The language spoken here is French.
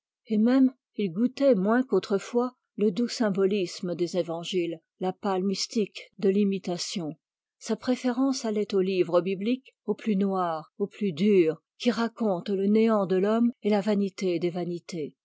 il goûtait moins qu'autrefois le doux symbolisme des évangiles la pâle mystique de l'imitation sa préférence allait aux livres bibliques aux plus noirs aux plus durs qui racontent le néant de l'homme et la vanité des vanités